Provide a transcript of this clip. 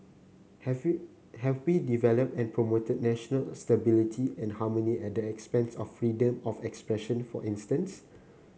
have we have we developed and promoted national stability and harmony at the expense of freedom of expression for instance